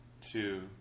two